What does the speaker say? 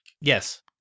Yes